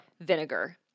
vinegar